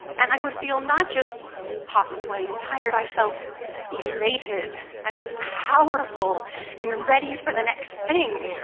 and i would feel not just hot and sweaty and tired. i felt elated and powerful and ready for the next thing.